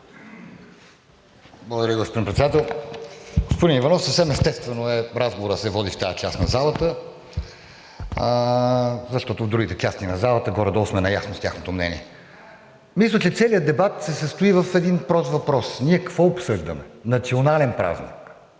Благодаря, господин Председател. Господин Иванов, съвсем естествено е разговорът да се води в тази част на залата, защото в другите части на залата горе-долу сме наясно с тяхното мнение. Мисля, че целият дебат се състои в един прост въпрос: ние какво обсъждаме? Национален празник!